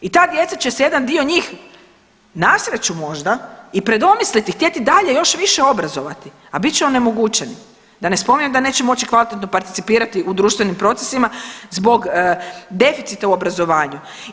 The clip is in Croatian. I ta djeca će se jedan dio njih na sreću možda i predomisliti, htjeti dalje još više obrazovati, a bit će onemogućeni da ne spominjem da neće moći kvalitetno participirati u društvenim procesima zbog deficita u obrazovanju.